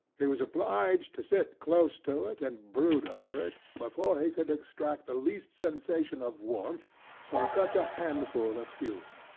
he was obliged to sit close to it, and brood over it, before he could extract the least sensation of warmth from such a handful of fuel.